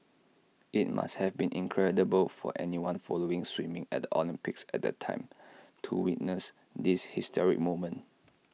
IT must have been incredible for anyone following swimming at the Olympics at the time to witness this historic moment